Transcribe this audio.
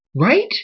Right